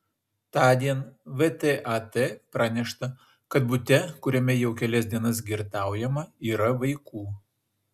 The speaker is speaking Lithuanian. tądien vtat pranešta kad bute kuriame jau kelias dienas girtaujama yra vaikų